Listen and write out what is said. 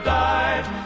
died